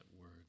word